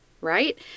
right